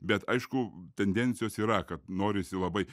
bet aišku tendencijos yra kad norisi labai